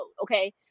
okay